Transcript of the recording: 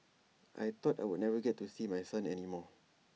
I thought I would never get to see my son any more